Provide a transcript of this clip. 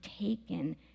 taken